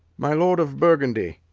my lord of burgundy,